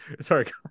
Sorry